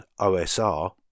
OSR